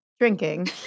drinking